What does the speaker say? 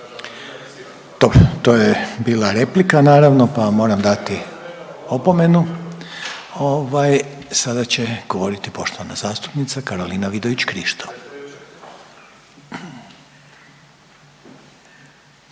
Dobro, to je bila replika naravno, pa vam moram dati opomenu. Ovaj, sada će govoriti poštovana zastupnica Karolina Vidović Krišto.